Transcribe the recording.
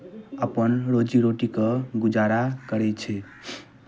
अपन रोजी रोटी कऽ गुजारा करै छै